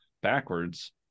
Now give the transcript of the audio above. backwards